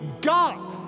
God